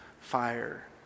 fire